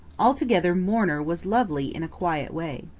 altogether mourner was lovely in a quiet way.